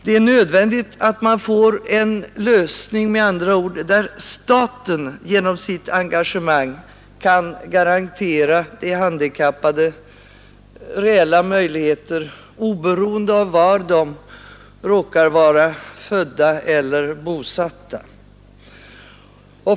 Det är med andra ord nödvändigt att man får en lösning där staten genom sitt engagemang kan garantera de handikappade reella möjligheter, oberoende av var de råkar vara födda eller bosatta.